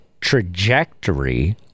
trajectory